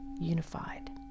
unified